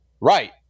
Right